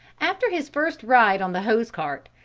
after his first ride on the hose-cart,